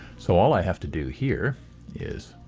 so all i have to do here is